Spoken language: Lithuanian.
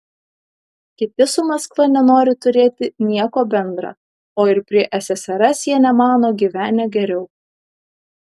kiti su maskva nenori turėti nieko bendra o ir prie ssrs jie nemano gyvenę geriau